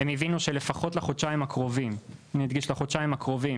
הם הבינו שלפחות לחודשיים הקרובים אני מדגיש לחודשיים הקרובים